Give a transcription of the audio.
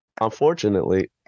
Unfortunately